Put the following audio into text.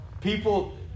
People